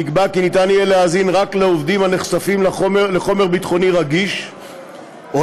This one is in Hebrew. נקבע כי ניתן יהיה להאזין רק לעובדים הנחשפים לחומר ביטחוני רגיש או